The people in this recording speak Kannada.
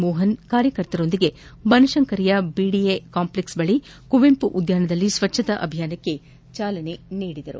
ಮೋಹನ್ ಕಾರ್ಯಕರ್ತರೊಂದಿಗೆ ಬನಶಂಕರಿಯ ಬಿಡಿಎ ಕಾಂಪ್ಲೆಕ್ಸ್ ಬಳಿ ಕುವೆಂಪು ಉದ್ಯಾನದಲ್ಲಿ ಸ್ವಚ್ಯತಾ ಅಭಿಯಾನಕ್ಕೆ ಚಾಲನೆ ನೀಡಿದರು